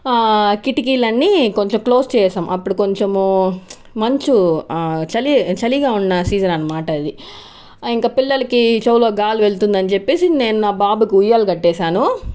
కిటికీలన్ని కొంచెం క్లోజ్ చేసాం అప్పుడు కొంచెం మంచు చలి చలిగా ఉన్న సీజన్ అన్నమాట అది ఇంకా పిల్లలకి చెవిలో గాలి వెళ్తుందని చెప్పేసి నేను నా బాబుకి ఉయాలు కట్టేశాను